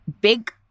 big